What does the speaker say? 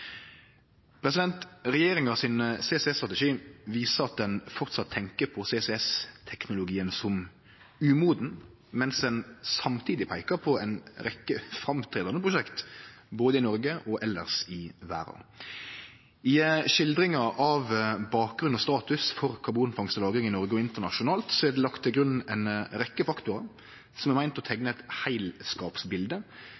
til regjeringa viser at dei framleis tenkjer på CCS-teknologien som umoden, mens ein samtidig peikar på ei rekkje framståande prosjekt, både i Noreg og elles i verda. I skildringa av bakgrunn og status for karbonfangst og -lagring i Noreg og internasjonalt er det lagt til grunn ei rekkje faktorar som er meinte å